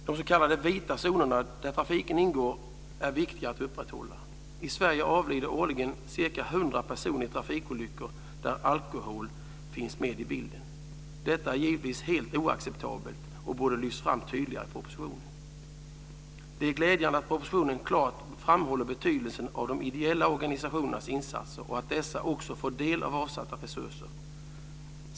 De s.k. vita zonerna, där trafiken ingår, är viktiga att upprätthålla. I Sverige avlider årligen ca 100 personer i trafikolyckor där alkohol finns med i bilden. Detta är givetvis helt oacceptabelt och borde ha lyfts fram tydligare i propositionen. Det är glädjande att propositionen klart framhåller betydelsen av de ideella organisationernas insatser och att dessa också får del av avsatta resurser.